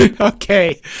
Okay